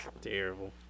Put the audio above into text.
Terrible